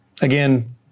Again